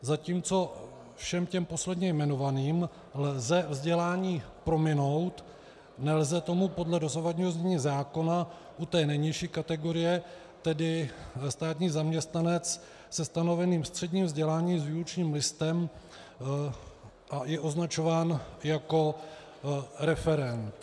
Zatímco všem posledně jmenovaným lze vzdělání prominout, nelze tomu podle dosavadního znění zákona u té nejnižší kategorie, tedy státní zaměstnanec se stanoveným středním vzděláním, s výučním listem, je označován jako referent.